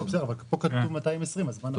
לא, בסדר, אבל פה כתוב 220. אז מה נוסף?